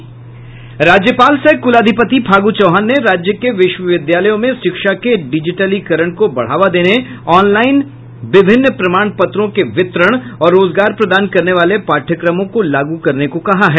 राज्यपाल सह कुलाधिपति फागू चौहान ने राज्य के विश्वविद्यालयों में शिक्षा के डिजिटलीकरण को बढ़ावा देने ऑनलाईन विभिन्न प्रमाण पत्रों के वितरण और रोजगार प्रदान करने वाले पाठ्यक्रमों को लागू करने को कहा है